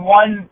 one